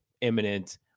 imminent